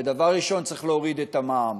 ודבר ראשון צריך להוריד את המע"מ,